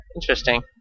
Interesting